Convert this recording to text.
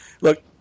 Look